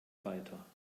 weiter